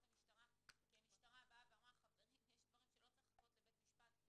המשטרה כי המשטרה טענה שיש דברים שלא צריך לחכות איתם לבית משפט,